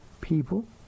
people